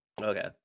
Okay